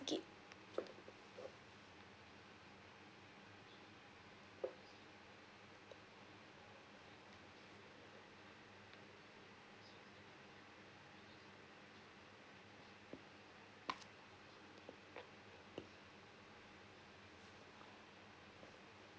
gig